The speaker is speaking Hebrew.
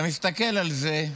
אתה מסתכל על זה,